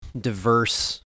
diverse